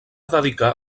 dedicar